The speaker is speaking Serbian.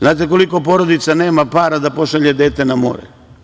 Znate koliko porodica nema para da pošalje dete na more?